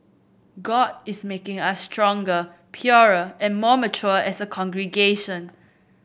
god is making us stronger purer and more mature as a congregation